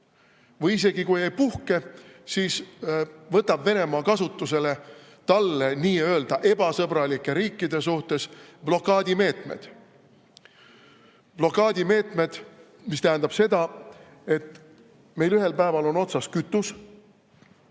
Või isegi kui ei puhke, siis võtab Venemaa kasutusele talle nii-öelda ebasõbralike riikide suhtes blokaadimeetmed. Blokaadimeetmed, mis tähendab seda, et meil ühel päeval on otsas kütus